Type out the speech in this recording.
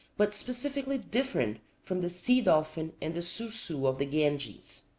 but specifically different from the sea-dolphin and the soosoo of the ganges.